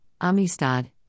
Amistad